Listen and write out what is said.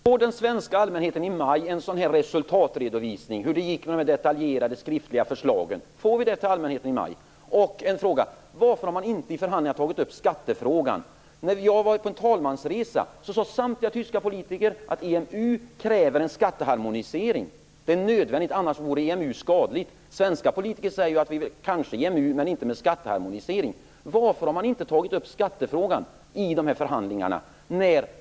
Herr talman! Får den svenska allmänheten en resultatredovisning i maj där det framgår hur det gick med de detaljerade skriftliga förslagen? Varför har man inte i förhandlingarna tagit upp skattefrågan? När jag deltog i en talmansresa sade samtliga tyska politiker att EMU kräver en skatteharmonisering. Det är nödvändigt, annars vore EMU skadligt. Svenska politiker säger: Kanske EMU, men inte med hjälp av skatteharmonisering. Varför har man inte tagit upp skattefrågan i förhandlingarna?